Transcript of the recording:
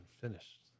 finished